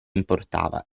importava